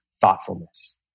thoughtfulness